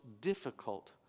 difficult